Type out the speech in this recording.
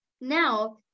Now